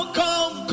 come